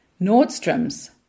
Nordstrom's